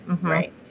Right